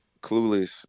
clueless